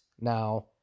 now